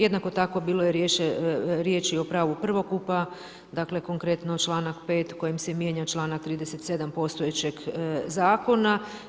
Jednako tako bilo je riječi o pravu prvokupa, dakle konkretno članak 5. kojim se mijenja članak 37. postojećeg zakona.